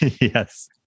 Yes